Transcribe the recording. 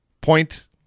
Point